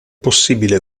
possibile